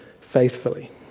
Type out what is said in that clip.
faithfully